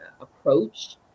approach